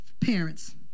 parents